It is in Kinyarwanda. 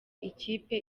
ikipe